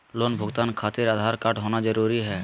Loan भुगतान खातिर Aadhaar card होना जरूरी है?